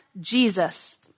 Jesus